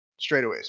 straightaways